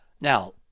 Now